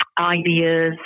ideas